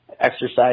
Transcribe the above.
exercise